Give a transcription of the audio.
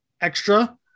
extra